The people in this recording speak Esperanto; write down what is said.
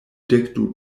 dekdu